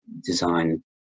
design